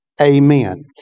amen